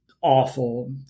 awful